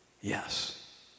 Yes